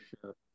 sure